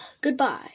Goodbye